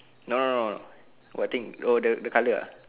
no no no no what thing oh the colour uh